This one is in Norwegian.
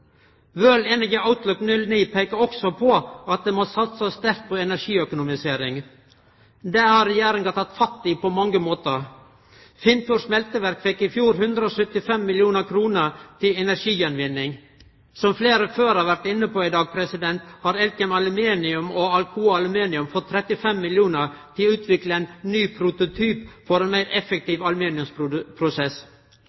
peikar også på at det må satsast sterkt på energiøkonomisering. Det har Regjeringa teke fatt i på mange måtar. Finnfjord Smelteverk fekk i fjor 175 mill. kr til energigjenvinning. Som fleire har vore inne på før i dag, har Elkem Aluminium og Alcoa Aluminium fått 35 mill. kr til å utvikle ein ny prototyp for ein meir